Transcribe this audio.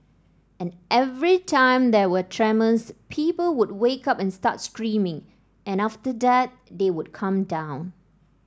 and every time there were tremors people would wake up and start screaming and after that they would calm down